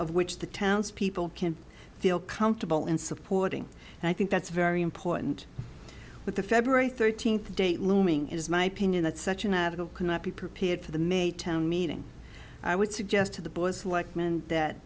of which the townspeople can feel comfortable in supporting and i think that's very important but the february thirteenth date looming is my opinion that such an article cannot be prepared for the may town meeting i would suggest to the boys like me and that